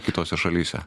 kitose šalyse